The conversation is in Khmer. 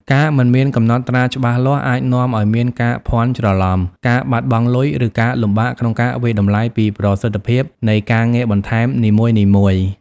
ការមិនមានកំណត់ត្រាច្បាស់លាស់អាចនាំឱ្យមានការភាន់ច្រឡំ ការបាត់បង់លុយ ឬការលំបាកក្នុងការវាយតម្លៃពីប្រសិទ្ធភាពនៃការងារបន្ថែមនីមួយៗ។